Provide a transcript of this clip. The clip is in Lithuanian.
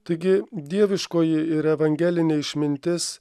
taigi dieviškoji ir evangelinė išmintis